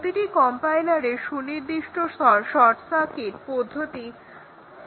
প্রতিটি কম্পাইলার সুনির্দিষ্ট short circuit পদ্ধতি ব্যবহার করে